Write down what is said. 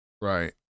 Right